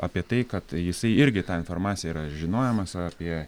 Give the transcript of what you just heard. apie tai kad jisai irgi tą informaciją yra žinojimas apie